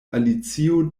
alicio